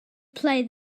play